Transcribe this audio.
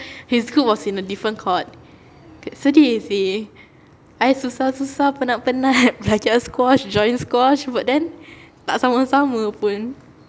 his group was in a different court sedih seh I susah-susah penat-penat belajar squash join squash but then tak sama-sama pun